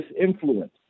influence